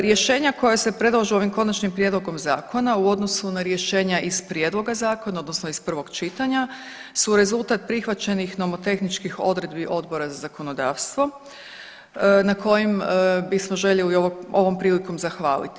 Rješenja koja se predlažu ovim konačnim prijedlogom zakona u odnosu na rješenja iz prijedloga zakona odnosno iz prvog čitanja su rezultat prihvaćenih nomotehničkih odredbi Odbora za zakonodavstvo kojem bismo željeli ovom prilikom zahvaliti.